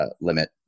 limit